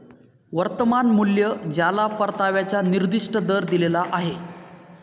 वर्तमान मूल्य ज्याला परताव्याचा निर्दिष्ट दर दिलेला आहे